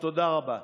תודה רבה.